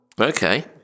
Okay